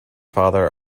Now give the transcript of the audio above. father